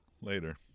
Later